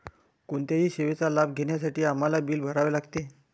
कोणत्याही सेवेचा लाभ घेण्यासाठी आम्हाला बिल भरावे लागते